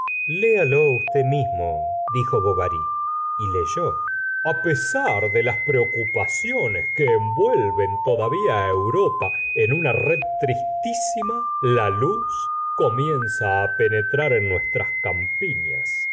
lo leyese léalo usted mismo dijo bovary y leyó ca pesar de las preocupaciones que en vuelven todavía á europa en una red tristisima la luz comienza á penetrar en nuestras campiñas